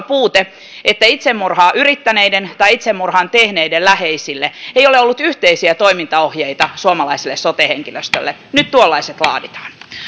puute että itsemurhaa yrittäneiden tai itsemurhan tehneiden läheisten suhteen ei ole ollut yhteisiä toimintaohjeita suomalaisella sote henkilöstöllä nyt tuollaiset laaditaan